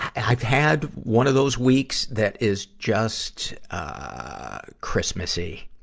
and i've had one of those weeks that is just, ah, christmasy.